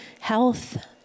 health